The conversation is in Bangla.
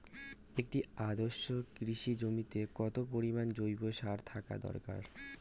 একটি আদর্শ কৃষি জমিতে কত পরিমাণ জৈব সার থাকা দরকার?